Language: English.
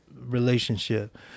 relationship